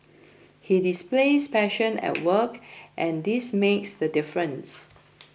he displays passion at work and this makes the difference